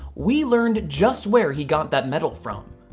we learned just where he got that metal from,